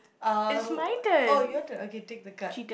uh oh your turn okay take the card